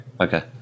Okay